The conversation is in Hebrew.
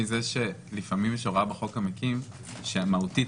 יש הוראה בחוק שמהותית